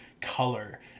color